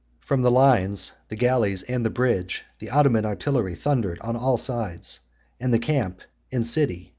from the lines, the galleys, and the bridge, the ottoman artillery thundered on all sides and the camp and city,